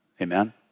Amen